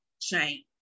change